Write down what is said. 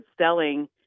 selling